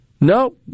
no